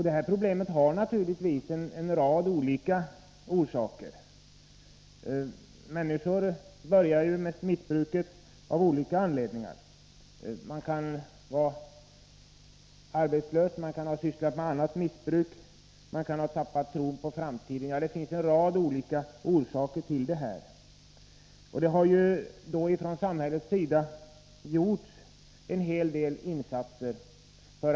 Det problemet har naturligtvis en rad olika orsaker, och människor börjar med missbruket av olika anledningar. De kan vara arbetslösa, de kan ha utövat annat missbruk, de kan ha tappat tron på framtiden — ja, det finns en rad olika orsaker till detta. Från samhällets sida har en hel del insatser gjorts.